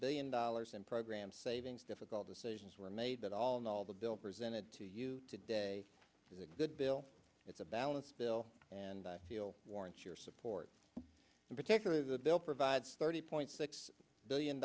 billion dollars in program savings difficult decisions were made that all in all the bill presented to you today is a good bill it's a balance bill and i feel warrants your support in particular the bill provides thirty point six billion